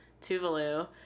Tuvalu